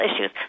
issues